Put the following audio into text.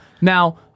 Now